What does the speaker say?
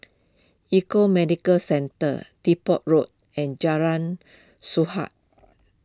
Econ Medicare Centre Depot Road and Jalan Sahad